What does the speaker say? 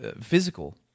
physical